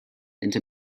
into